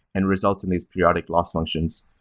and results in these periodic loss functions.